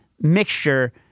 mixture